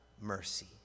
mercy